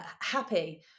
happy